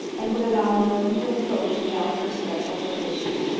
and would allow no one to approach without her special permission.